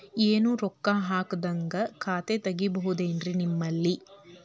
ಏನು ರೊಕ್ಕ ಹಾಕದ್ಹಂಗ ಖಾತೆ ತೆಗೇಬಹುದೇನ್ರಿ ನಿಮ್ಮಲ್ಲಿ?